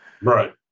right